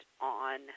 on